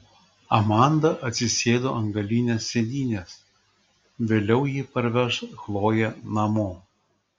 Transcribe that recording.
amanda atsisėdo ant galinės sėdynės vėliau ji parveš chloję namo